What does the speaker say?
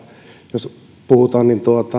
jos puhutaan